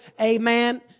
Amen